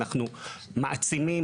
אנחנו מעצימים,